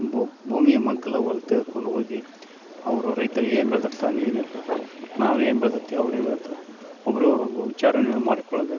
ಭೂ ಭೂಮಿಯ ಮಗ್ಗಲ ಹೊಲ ತೆಗೆದ್ಕೊಂಡು ಹೋಗಿ ಅವರು ರೈತರು ಏನು ಬೆಳ್ದಿರ್ತಾನೆ ಏನಿಲ್ಲ ನಾವೇನು ಬೆಳ್ದಿರ್ತೀವಿ ಅವ್ರೇನು ಬೆಳೀತಾರೆ ಒಬ್ರಿಗೊಬ್ಬರು ಒಂದು ವಿಚಾರ ವಿನಿಮಯ ಮಾಡಿಕೊಳ್ಳಬೇಕು